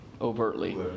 overtly